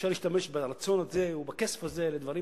שאפשר להשתמש ברצון הזה ובכסף הזה לדברים